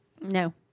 No